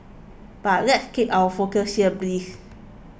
but let's keep our focus here please